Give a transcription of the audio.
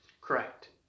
Correct